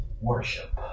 worship